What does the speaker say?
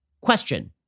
Question